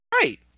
Right